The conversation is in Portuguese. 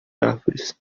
árvores